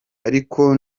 ariko